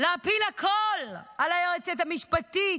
להפיל הכול על היועצת המשפטית.